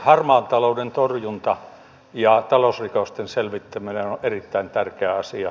harmaan talouden torjunta ja talousrikosten selvittäminen on erittäin tärkeä asia